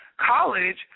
college